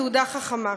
בתעודה חכמה,